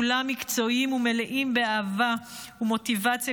כולם מקצועיים ומלאים באהבה ומוטיבציה